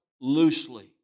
loosely